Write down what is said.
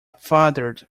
fathered